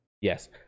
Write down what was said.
Yes